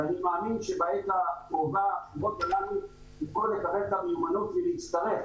ואני מאמין שבעת הקרובה --- המיומנות ולהצטרף